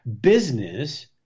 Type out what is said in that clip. business